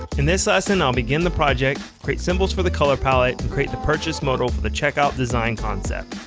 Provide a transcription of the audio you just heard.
in this lesson i'll begin the project, create symbols for the color palette, and create the purchase modal for the checkout design concept.